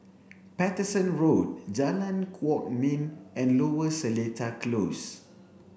Paterson Road Jalan Kwok Min and Lower Seletar Close